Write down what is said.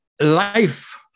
life